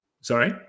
Sorry